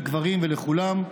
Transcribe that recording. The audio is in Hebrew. לגברים ולכולם.